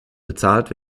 bezahlt